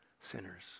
sinners